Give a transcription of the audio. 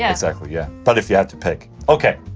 yeah exactl, yeah but if you have to pick. okay